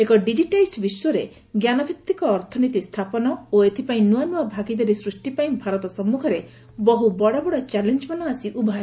ଏକ ଡିଜିଟାଇଚଡ୍ ବିଶ୍ୱରେ ଜ୍ଞାନଭିଭିକ ଅର୍ଥନୀତି ସ୍ଥାପନ ଓ ଏଥିପାଇଁ ନୂଆ ନୂଆ ଭାଗିଦାରୀ ସୃଷ୍ଟି ପାଇଁ ଭାରତ ସମ୍ମୁଖରେ ବହୁ ବଡ ବଡ ଚ୍ୟାଲେଞ୍ଜମାନ ଆସି ଉଭା ହେବ